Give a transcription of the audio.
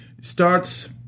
starts